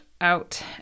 out